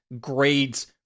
grades